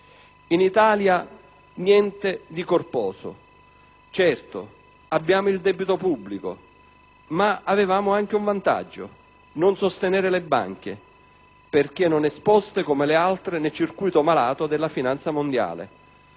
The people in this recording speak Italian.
In Italia niente di corposo. Certo, abbiamo il debito pubblico, ma avevamo anche un vantaggio, ossia quello di non dover sostenere le banche, perché non esposte come le altre nel circuito malato della finanza mondiale.